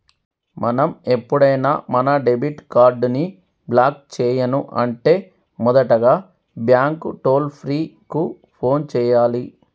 మనం ఎప్పుడైనా మన డెబిట్ కార్డ్ ని బ్లాక్ చేయను అంటే మొదటగా బ్యాంకు టోల్ ఫ్రీ కు ఫోన్ చేయాలి